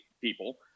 people